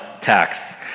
tax